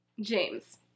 James